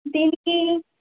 దీనికి